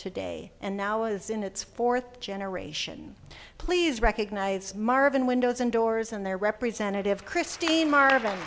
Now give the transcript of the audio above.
today and now is in its fourth generation please recognize marvin windows and doors and their representative christine marvin